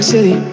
City